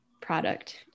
product